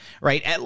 right